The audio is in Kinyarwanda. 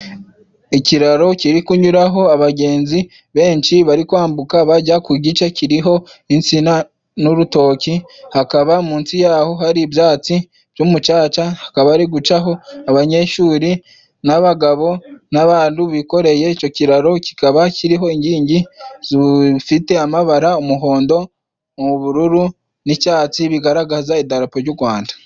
Ikiraro kiri kunyuraho abagenzi benshi bari kwambuka bajya ku gice kiriho insina n'urutoki，hakaba munsi yaho hari ibyatsi by'umucaca， hakaba hari gucaho abanyeshuri n'abagabo n’abantu bikoreye， icyo kiraro kikaba kiriho inkingi zifite amabara g’umuhondo n’ubururu n'icyatsi，bigaragaza idarapo ry'u Rwanda.